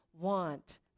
want